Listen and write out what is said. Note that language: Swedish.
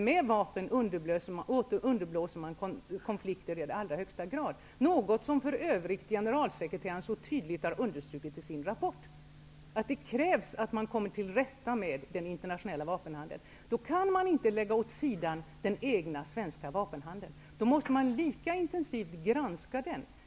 Med vapen underblåser man i allra högsta grad konflikter, något som för övrigt generalsekreteraren i FN så tydligt har understrukit i sin rapport, dvs att det krävs att man kommer till rätta med den internationella vapenhandeln. Då kan man inte lägga den egna svenska vapenhandeln åt sidan, utan man måste intensivt granska den.